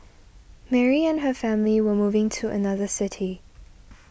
Mary and her family were moving to another city